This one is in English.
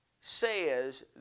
says